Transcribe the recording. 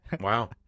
Wow